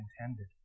intended